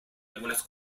algunas